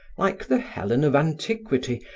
like the helen of antiquity,